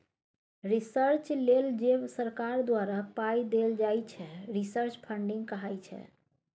research लेल जे सरकार द्वारा पाइ देल जाइ छै रिसर्च फंडिंग कहाइ छै